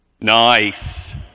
Nice